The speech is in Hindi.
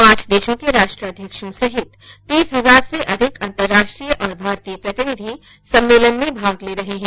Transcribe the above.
पांच देशों के राष्ट्राध्यक्षों सहित तीस हजार से अधिक अंतर्राष्ट्रीय और भारतीय प्रतिनिधि सम्मेलन में भाग ले रहे हैं